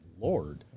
Lord